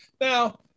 Now